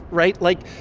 right? like,